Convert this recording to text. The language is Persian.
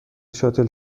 شاتل